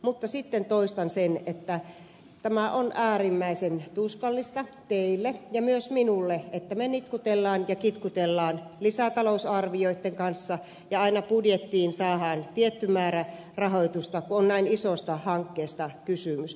mutta sitten toistan sen että tämä on äärimmäisen tuskallista teille ja myös minulle että me nitkuttelemme ja kitkuttelemme lisätalousarvioitten kanssa ja aina budjettiin saadaan tietty määrä rahoitusta kun on näin isosta hankkeesta kysymys